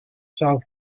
south